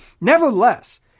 Nevertheless